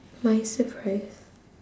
my surprise